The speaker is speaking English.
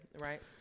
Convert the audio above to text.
right